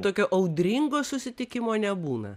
tokio audringo susitikimo nebūna